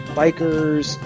bikers